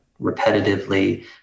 repetitively